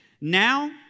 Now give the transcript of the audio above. Now